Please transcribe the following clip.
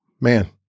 man